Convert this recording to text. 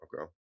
Okay